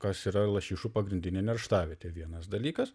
kas yra lašišų pagrindinė nerštavietė vienas dalykas